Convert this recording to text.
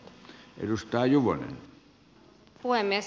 arvoisa puhemies